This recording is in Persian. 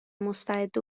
مستعد